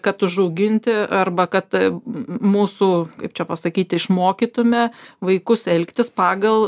kad užauginti arba kad mūsų kaip čia pasakyti išmokytume vaikus elgtis pagal